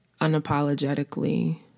unapologetically